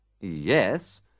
Yes